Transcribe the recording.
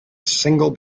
single